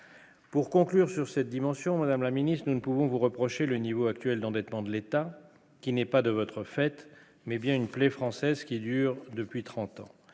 Pour conclure sur cette dimension, Madame la Ministre, nous pouvons vous reprochez le niveau actuel d'endettement de l'État qui n'est pas de votre fait, mais bien une télé française qui dure depuis 30 ans,